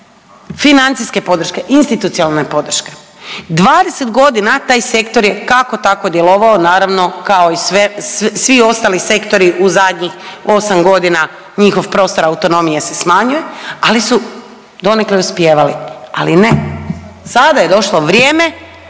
financijske podrške, institucionalne podrške, 20 godina taj sektor je kako-tako djelovao, naravno, kao i sve, svi ostali sektori u zadnjih 8 godina, njihov prostor autonomije se smanjuje, ali su donekle uspijevali. Ali ne, sada je došlo vrijeme